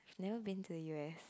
never been to u_s